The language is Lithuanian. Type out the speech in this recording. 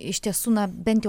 iš tiesų na bent jau